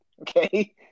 Okay